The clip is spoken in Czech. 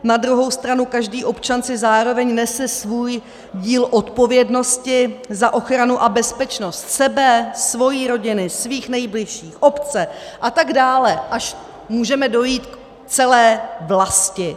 Na druhou stranu každý občan si zároveň nese svůj díl odpovědnosti za ochranu a bezpečnost sebe, svojí rodiny, svých nejbližších, obce, atd., až můžeme dojít k celé vlasti.